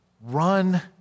Run